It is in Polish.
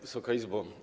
Wysoka Izbo!